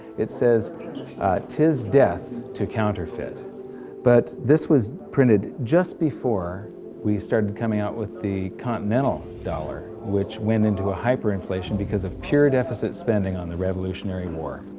it says here tis death to counterfeit but this was printed just before we started coming out with the continental dollar which went into ah hyper-inflation because of pure deficit spending on the revolutionary war.